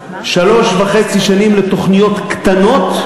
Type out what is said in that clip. שלוש וחצי שנים לתוכניות קטנות,